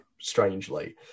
strangely